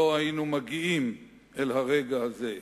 לא היינו מגיעים אל הרגע הזה,